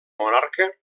monarca